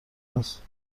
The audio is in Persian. است